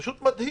זה פשוט מדהים,